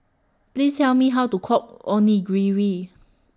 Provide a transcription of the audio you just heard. Please Tell Me How to Cook Onigiri